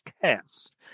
cast